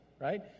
right